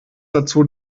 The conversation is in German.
dazu